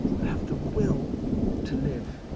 but have the will to live.